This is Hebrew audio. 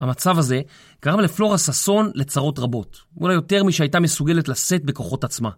המצב הזה, גרם לפלורה ששון לצרות רבות, אולי יותר מי שהייתה מסוגלת לשאת בכוחות עצמה.